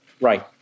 Right